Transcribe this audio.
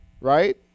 right